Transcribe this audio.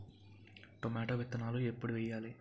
Tomato విత్తనాలు ఎప్పుడు వెయ్యాలి?